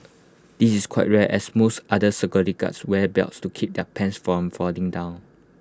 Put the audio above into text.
this is quite rare as most other security guards wear belts to keep their pants from falling down